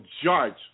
judge